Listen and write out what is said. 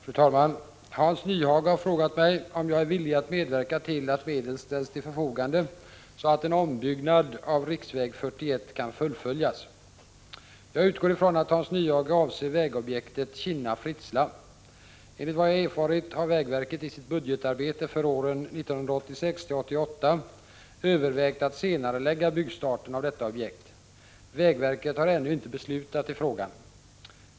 SÅ Ene Fru talman! Hans Nyhage har frågat mig om jag är villig medverka till att ae ETKav TIKSKag, medel ställs till förfogande så att en ombyggnad av riksväg 41 kan fullföljas. Jag utgår från att Hans Nyhage avser vägobjektet Kinna-Fritsla. Enligt vad jag har erfarit har vägverket i sitt budgetarbete för åren 1986-1988 övervägt att senarelägga byggstarten av detta objekt. Vägverket har ännu inte beslutat i frågan.